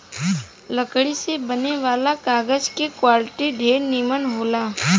लकड़ी से बने वाला कागज के क्वालिटी ढेरे निमन होला